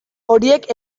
horiek